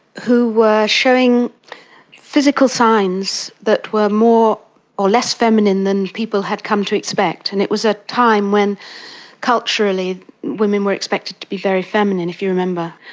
who were showing physical signs that were more or less feminine than people had come to expect, and it was a time when culturally women were expected to be very feminine, if you remember.